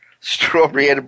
strawberry